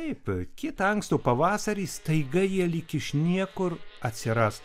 taip kitą ankstų pavasarį staiga jie lyg iš niekur atsiras